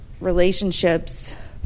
relationships